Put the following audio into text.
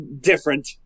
different